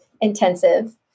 intensive